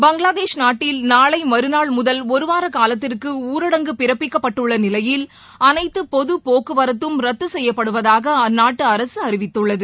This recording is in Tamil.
பங்களாதேஷ் நாட்டில் நாளைமற்நாள் முதல் ஒருவாரகாலத்திற்குஊரடங்கு பிறப்பிக்கப்பட்டுள்ளநிலையில் அனைத்துபொதுபோக்குவரத்தும் ரத்துசெய்யப்படுவதாகஅந்நாட்டுஅரசுஅறிவித்துள்ளது